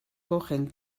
cogen